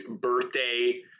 birthday